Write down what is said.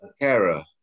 carer